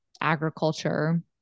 agriculture